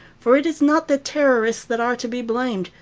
for it is not the terrorists that are to be blamed,